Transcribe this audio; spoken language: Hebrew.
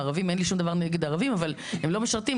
אין לי שום דבר נגד ערבים אבל הם לא משרתים.